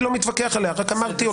רק אמרתי,